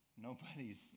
nobody's